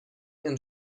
ihren